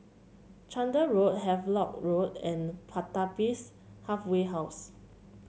Chander Road Havelock Road and Pertapis Halfway House